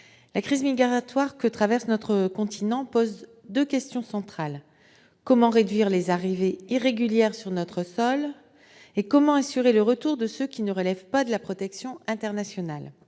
la crise migratoire que traverse notre continent pose deux questions centrales : comment réduire les arrivées irrégulières sur notre sol ? Comment assurer le retour de ceux qui ne relèvent pas de la protection internationale ?